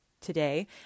today